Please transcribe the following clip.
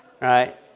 right